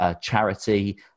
charity